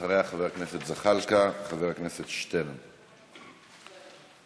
אחריה, חבר הכנסת זחאלקה וחבר הכנסת שטרן.